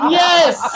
yes